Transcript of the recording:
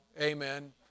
amen